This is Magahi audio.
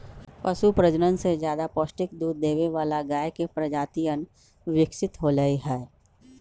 पशु प्रजनन से ज्यादा पौष्टिक दूध देवे वाला गाय के प्रजातियन विकसित होलय है